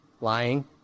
Lying